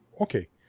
Okay